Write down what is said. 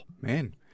man